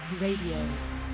Radio